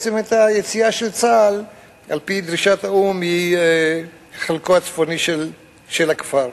היציאה של צה"ל על-פי דרישת האו"ם מחלקו הצפוני של הכפר.